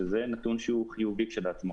שזה נתון שהוא חיובי כשלעצמו.